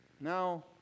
Now